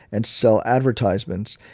and sell advertisements.